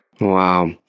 Wow